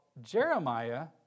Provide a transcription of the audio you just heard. Jeremiah